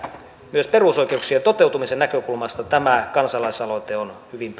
myös perusoikeuksien toteutumisen näkökulmasta tämä kansalaisaloite on hyvin